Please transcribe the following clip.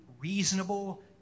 reasonable